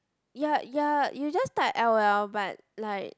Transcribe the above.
ya ya you just type L_O_L but like